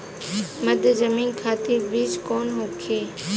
मध्य जमीन खातिर बीज कौन होखे?